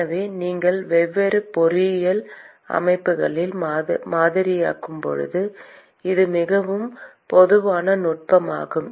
எனவே நீங்கள் வெவ்வேறு பொறியியல் அமைப்புகளை மாதிரியாக்கும்போது இது மிகவும் பொதுவான நுட்பமாகும்